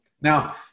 Now